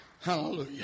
Hallelujah